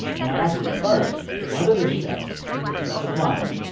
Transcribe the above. and i asked him first whether this show, love is blind,